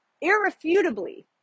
irrefutably